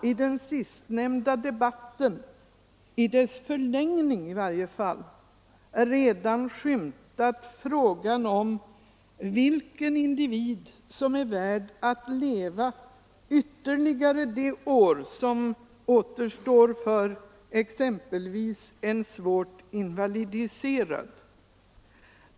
I den sistnämnda debatten, i varje fall i dess förlängning, har redan skymtat frågan om vilken individ som är värd att leva ytterligare de år som återstår för exempelvis en svårt invalidiserad.